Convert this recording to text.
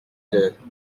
heures